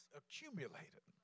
accumulated